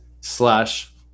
slash